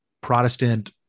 Protestant